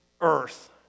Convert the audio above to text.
earth